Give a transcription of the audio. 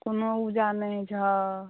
कोनो ऊर्जा नहि छै